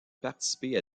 participer